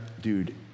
dude